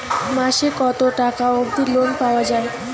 মাসে কত টাকা অবধি লোন পাওয়া য়ায়?